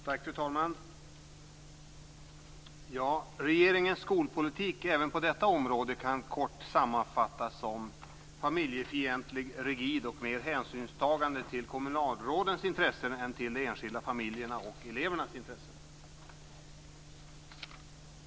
Fru talman! Regeringens skolpolitik även på detta område kan kort sammanfattas som familjefientlig, rigid och mer hänsynstagande till kommunalrådens intressen än till de enskilda familjernas och elevernas intressen.